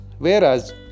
Whereas